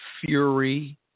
fury